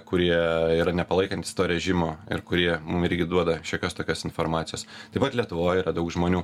kurie yra nepalaikantys to režimo ir kurie mum irgi duoda šiokios tokios informacijos taip pat lietuvoj yra daug žmonių